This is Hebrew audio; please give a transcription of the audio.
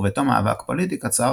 ובתום מאבק פוליטי קצר,